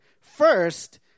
First